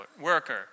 worker